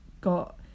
got